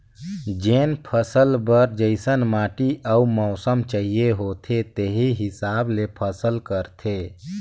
जेन फसल बर जइसन माटी अउ मउसम चाहिए होथे तेही हिसाब ले फसल करथे